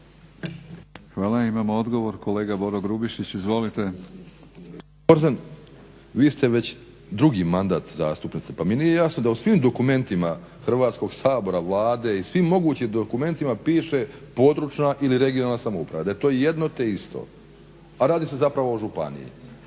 Izvolite. **Grubišić, Boro (HDSSB)** Gospođo Borzan vi ste već drugi mandat zastupnica pa mi nije jasno da u svim dokumentima Hrvatskog sabora, Vlade i svim mogućim dokumentima piše područna ili regionalna samouprava, a je to jedno te isto, a radi se zapravo o županiji.